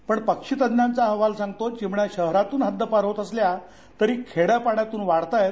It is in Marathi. पण पक्षीतज्ज्ञांचा अहवाल सांगतो चिमण्या शहरातून हद्दपार होत असल्या तरी खेड्यापाड्यांतून वाढताहेत